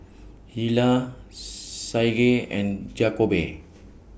Hilah Saige and Jakobe